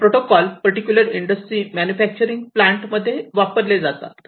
हे protocol particular industry manufacturing plant मध्ये ते वापरले जातात